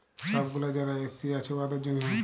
ছব গুলা যারা এস.সি আছে উয়াদের জ্যনহে